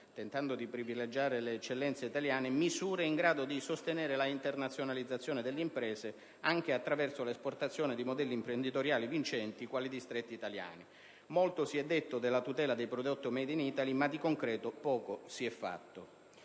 per il sostegno delle eccellenze italiane, misure in grado di sostenere l'internazionalizzazione delle imprese, anche attraverso l'esportazione di modelli imprenditoriali vincenti quali i distretti italiani. Molto si è detto sulla tutela dei prodotti *made in Italy*, ma di concreto poco si è fatto.